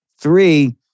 Three